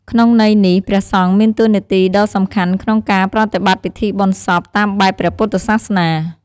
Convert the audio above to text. ក្នុងន័យនេះ ព្រះសង្ឃមានតួនាទីដ៏សំខាន់ក្នុងការប្រតិបត្តិពិធីបុណ្យសពតាមបែបព្រះពុទ្ធសាសនា។